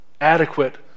adequate